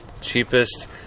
cheapest